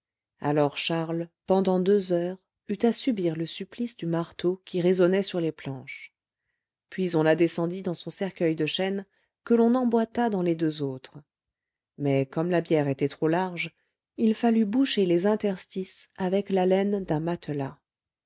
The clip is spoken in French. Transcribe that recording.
alors charles pendant deux heures eut à subir le supplice du marteau qui résonnait sur les planches puis on la descendit dans son cercueil de chêne que l'on emboîta dans les deux autres mais comme la bière était trop large il fallut boucher les interstices avec la laine d'un matelas